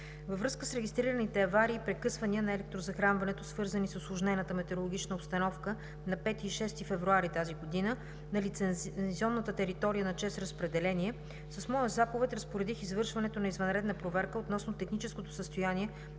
Във връзка с регистрираните аварии и прекъсвания на електрозахранването, свързани с усложнената метеорологична обстановка на 5 и 6 февруари тази година, на лицензионната територия на „ЧЕЗ Разпределение“ с моя заповед разпоредих извършването на извънредна проверка относно техническото състояние